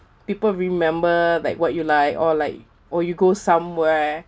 people remember like what you like or like or you go somewhere